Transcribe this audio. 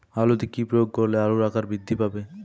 আলুতে কি প্রয়োগ করলে আলুর আকার বৃদ্ধি পাবে?